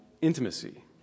intimacy